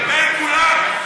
לגבי כולם.